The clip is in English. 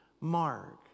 Mark